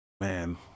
Man